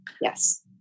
yes